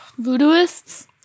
Voodooists